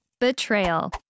betrayal